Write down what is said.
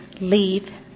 leave